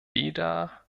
weder